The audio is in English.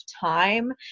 time